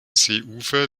seeufer